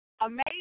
amazing